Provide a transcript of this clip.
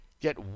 get